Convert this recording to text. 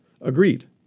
agreed